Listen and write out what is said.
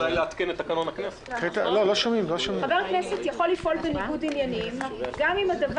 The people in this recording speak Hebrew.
אתה לא יכול להקל ראש ולשלוח בן אדם למשפט סתם כאין לך